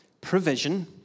provision